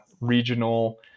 regional